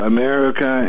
America